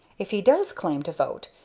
if he does claim to vote,